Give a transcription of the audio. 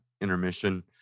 intermission